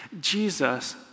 Jesus